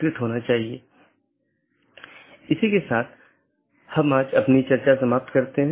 धीरे धीरे हम अन्य परतों को देखेंगे जैसे कि हम ऊपर से नीचे का दृष्टिकोण का अनुसरण कर रहे हैं